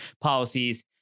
policies